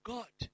God